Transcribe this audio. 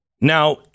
Now